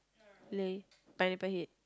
Lay Pineapple Head